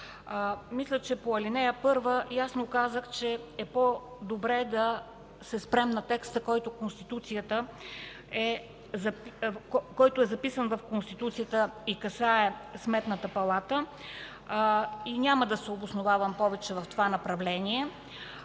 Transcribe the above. Мисля, че по ал. 1 ясно казах, че е по-добре да се спрем на текста, който е записан в Конституцията и касае Сметната палата. И няма да се обосновавам повече в това направление.